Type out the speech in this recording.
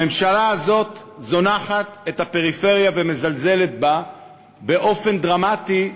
הממשלה הזאת זונחת את הפריפריה ומזלזלת בה באופן דרמטי,